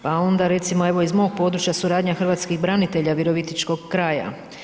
Pa onda recimo evo iz mog područja suradnja hrvatskih branitelja Virovitičkog kraja.